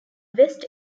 west